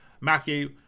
Matthew